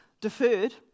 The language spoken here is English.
deferred